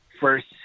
first